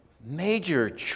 major